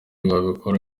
wabikora